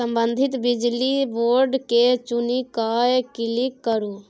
संबंधित बिजली बोर्ड केँ चुनि कए क्लिक करु